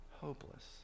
hopeless